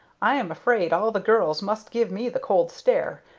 i am afraid all the girls must give me the cold stare,